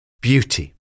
Beauty